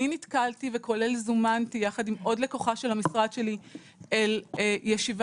אני נתקלתי וכולל זומנתי יחד עם עוד לקוחה של המשרד שלי אל ישיבת